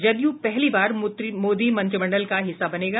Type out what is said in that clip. जदयू पहली बार मोदी मंत्रिमंडल का हिस्सा बनेगा